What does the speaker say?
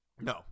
No